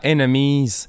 Enemies